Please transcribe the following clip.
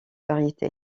variétés